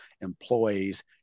employees